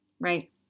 Right